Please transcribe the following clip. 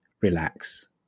relax